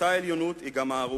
אותה עליונות היא גם הערובה